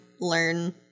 learn